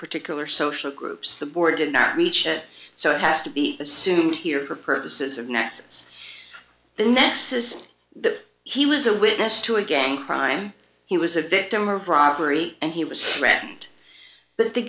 particular social groups the board did not reach it so it has to be assumed here for purposes of nexus the next is that he was a witness to a gang crime he was a victim of robbery and he was threatened but the